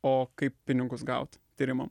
o kaip pinigus gaut tyrimam